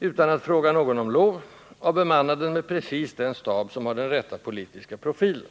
utan att fråga någon om lov, och bemanna den med precis den stab, som har den ”rätta” politiska profilen.